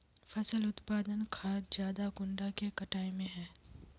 फसल उत्पादन खाद ज्यादा कुंडा के कटाई में है?